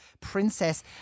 princess